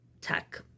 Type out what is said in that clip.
tech